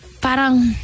Parang